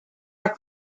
are